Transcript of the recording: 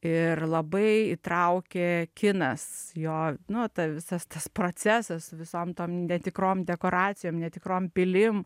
ir labai įtraukė kinas jo nu ta visas tas procesas su visom tom netikrom dekoracijom netikrom pilim